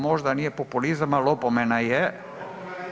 Možda nije populizam, ali opomena je.